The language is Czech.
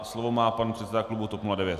Slovo má pan předseda klubu TOP 09.